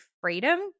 freedom